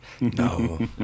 no